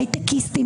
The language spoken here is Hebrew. הייטקיסטים,